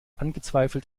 angezweifelt